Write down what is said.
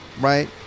Right